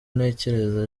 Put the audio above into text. ntekereza